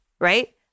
right